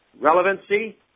Relevancy